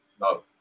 No